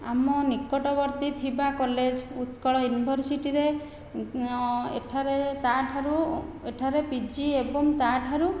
ଆମ ନିକଟବର୍ତ୍ତୀ ଥିବା କଲେଜ ଉତ୍କଳ ୟୁନିଭର୍ସିଟି ରେ ଏଠାରେ ତା'ଠାରୁ ଏଠାରେ ପିଜି ଏବଂ ତା'ଠାରୁ